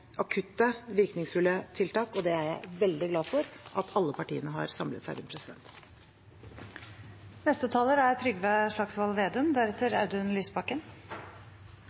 akutte, virkningsfulle tiltak, og det er jeg veldig glad for at alle partiene har samlet seg